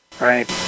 right